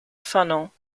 funnel